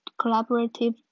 collaborative